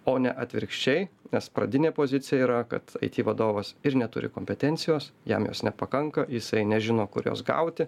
o ne atvirkščiai nes pradinė pozicija yra kad aiti vadovas ir neturi kompetencijos jam jos nepakanka jisai nežino kurios jos gauti